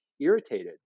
irritated